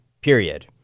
period